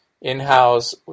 in-house